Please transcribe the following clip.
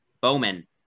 bowman